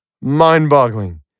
mind-boggling